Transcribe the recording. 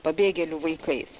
pabėgėlių vaikais